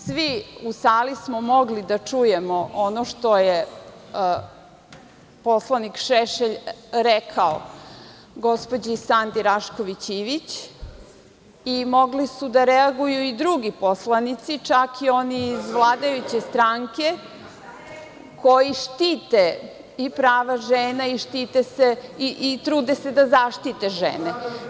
Svi u sali smo mogli da čujemo ono što je poslanik Šešelj rekao gospođi Sandi Rašković Ivić i mogli su da reaguju i drugi poslanici, čak i oni iz vladajuće stranke koji štite i prava žena i trude se da zaštite žene.